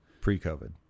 Pre-COVID